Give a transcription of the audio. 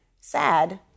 sad